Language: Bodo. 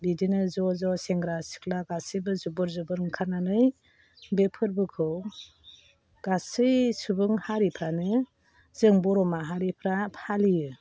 बिदिनो ज' ज' सेंग्रा सिख्ला गासैबो जुबुर जुबुर ओंखारनानै बे फोरबोखौ गासै सुबुं हारिफ्रानो जों बर' माहारिफ्रा फालियो